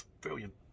Brilliant